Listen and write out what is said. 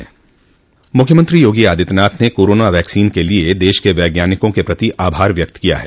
मुख्यमंत्री योगी आदित्यनाथ ने corona vaccine के लिए देश के वैज्ञानिकों के प्रति आभार व्यक्त किया है